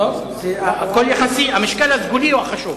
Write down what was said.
הכול יחסי, המשקל הסגולי הוא החשוב.